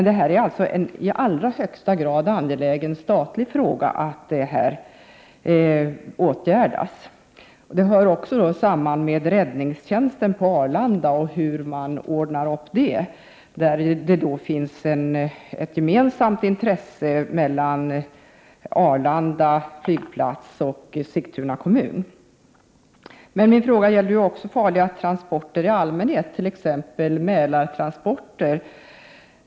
Det är således en i allra högsta grad angelägen statlig fråga att detta åtgärdas. Frågan hör också samman med räddningstjänsten på Arlanda och hur man ordnar den. Det finns där ett gemensamt intresse mellan Arlanda flygplats och Sigtuna kommun. Min fråga gällde emellertid även farliga transporter i allmänhet, t.ex. Mälartransporter.